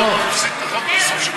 אתה חושב שבכל מה שאתה תומך אני אתמוך?